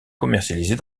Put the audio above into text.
commercialisés